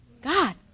God